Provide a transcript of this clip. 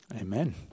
Amen